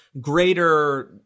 greater